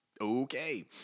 Okay